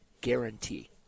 guarantee